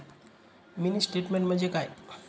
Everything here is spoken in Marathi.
मिनी स्टेटमेन्ट म्हणजे काय?